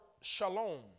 shalom